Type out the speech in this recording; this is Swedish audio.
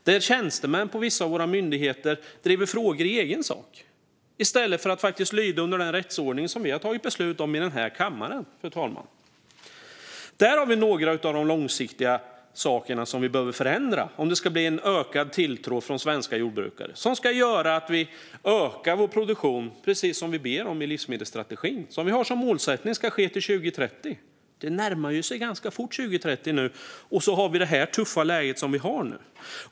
Där driver tjänstemän på vissa av våra myndigheter frågor i egen sak i stället för att lyda under den rättsordning som vi har tagit beslut om i den här kammaren, fru talman. Där har vi några av de långsiktiga sakerna som vi behöver förändra om det ska bli en ökad tilltro från svenska jordbrukare. Det ska göra att vi ökar vår produktion precis som vi ber om i livsmedelsstrategin och som vi har som målsättning ska ske till 2030. Nu närmar sig 2030 ganska fort, och vi har ett tufft läge.